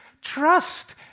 Trust